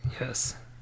yes